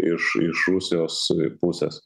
iš iš rusijos pusės